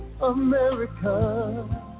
America